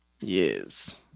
Yes